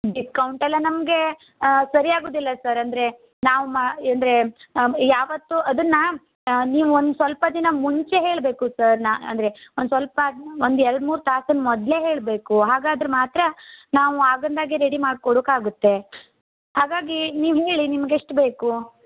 ಡಿಸ್ಕೌಂಟೆಲ್ಲ ನಮಗೆ ಸರಿ ಆಗೋದಿಲ್ಲ ಸರ್ ಅಂದರೆ ನಾವು ಮಾ ಅಂದರೆ ಯಾವತ್ತೂ ಅದನ್ನು ನೀವು ಒಂದು ಸ್ವಲ್ಪ ದಿನ ಮುಂಚೆ ಹೇಳಬೇಕು ಸರ್ ನಾ ಅಂದರೆ ಒಂದು ಸ್ವಲ್ಪ ಒಂದು ಎರಡು ಮೂರು ತಾಸಿನ ಮೊದಲೇ ಹೇಳಬೇಕು ಹಾಗಾದ್ರೆ ಮಾತ್ರ ನಾವು ಆಗಿಂದಾಗೆ ರೆಡಿ ಮಾಡ್ಕೊಡೋಕಾಗತ್ತೆ ಹಾಗಾಗಿ ನೀವು ಹೇಳಿ ನಿಮಗೆ ಎಷ್ಟು ಬೇಕು